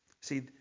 See